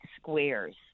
squares